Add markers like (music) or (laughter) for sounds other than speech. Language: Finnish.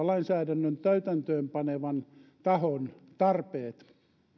(unintelligible) lainsäädännön täytäntöönpanevan tahon tarpeet